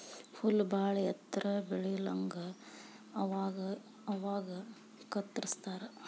ಹುಲ್ಲ ಬಾಳ ಎತ್ತರ ಬೆಳಿಲಂಗ ಅವಾಗ ಅವಾಗ ಕತ್ತರಸ್ತಾರ